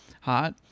hot